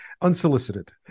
unsolicited